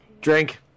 Drink